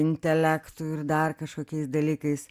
intelektu ir dar kažkokiais dalykais